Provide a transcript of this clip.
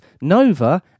Nova